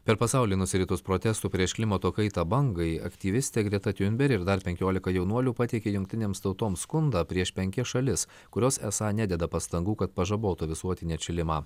per pasaulį nusiritus protestų prieš klimato kaitą bangai aktyvistė greta tiunber ir dar penkiolika jaunuolių pateikė jungtinėms tautoms skundą prieš penkias šalis kurios esą nededa pastangų kad pažabotų visuotinį atšilimą